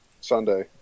Sunday